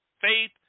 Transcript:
faith